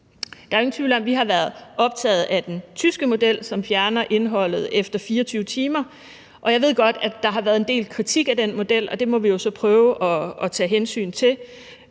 Der er ingen tvivl om, at vi har været optaget af den tyske model, som fjerner indholdet efter 24 timer, og jeg ved godt, at der har været en del kritik af den model, men det må vi jo så prøve at tage hensyn til,